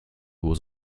was